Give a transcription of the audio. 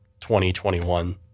2021